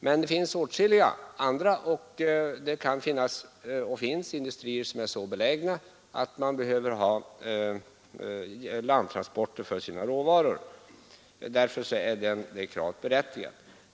Men det finns pappersindustrier som är så belägna att man behöver ha landtransport för sina råvaror. Därför är kravet berättigat.